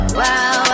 wow